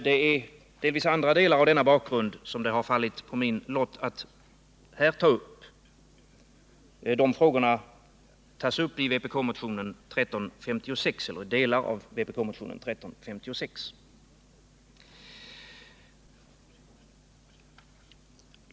Det är delvis andra delar av denna bakgrund som det har fallit på min lott att här ta upp. De frågorna tas upp i delar av vpk-motionen 1356.